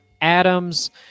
Adams